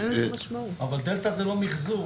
דלתא זה לא מחזור.